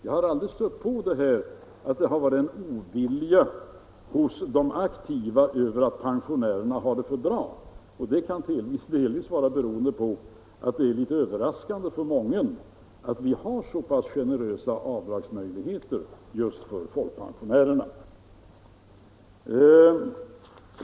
Jag har aldrig märkt att det har funnits en ovilja hos de aktiva, därför att pensionärerna skulle ha det för bra. Det kan delvis bero på att det är litet överraskande för mången att vi har så pass generösa avdragsmöjligheter för just folkpensionärerna.